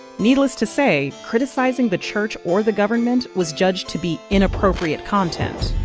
needless to say, criticizing the church or the government was judged to be inappropriate content.